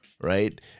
right